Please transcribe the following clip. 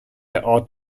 ought